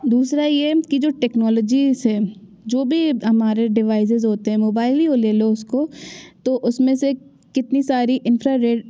दूसरा ये कि जो टेक्नोलॉजी से जो भी हमारे डिवाइजेज़ होते हैं मोबाईल ही यो ले लो उसको तो उसमें से कितनी सारी इन्फ्रा रे